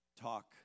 talk